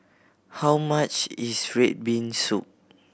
how much is red bean soup